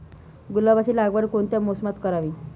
गुलाबाची लागवड कोणत्या मोसमात करावी?